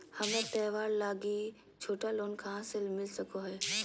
हमरा त्योहार लागि छोटा लोन कहाँ से मिल सको हइ?